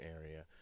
area